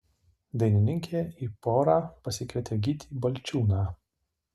dainininkė į porą pasikvietė gytį balčiūną